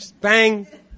bang